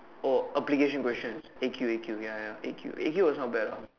oh application question A_Q A_Q ya ya A_Q A_Q was not bad ah